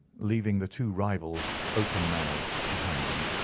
leaving the two rivals open-mouthed behind him.